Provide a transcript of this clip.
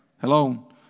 Hello